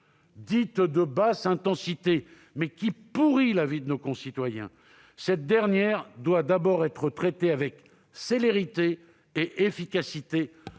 dite de « basse intensité », mais qui pourrit la vie de nos concitoyens. Cette dernière doit d'abord être traitée avec célérité et efficacité